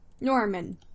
norman